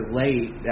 late